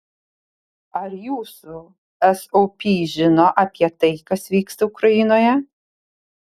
ar jūsų sop žino apie tai kas vyksta ukrainoje